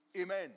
Amen